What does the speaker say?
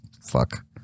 fuck